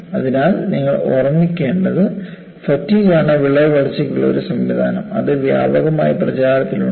അതിനാൽ നിങ്ങൾ ഓർമ്മിക്കേണ്ടത് ഫാറ്റിഗ് ആണ് വിള്ളൽ വളർച്ചയ്ക്കുള്ള ഒരു സംവിധാനം അത് വ്യാപകമായി പ്രചാരത്തിലുണ്ട്